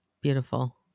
Beautiful